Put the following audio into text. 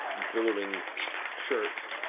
billowing shirt,